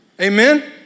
Amen